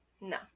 no